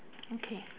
okay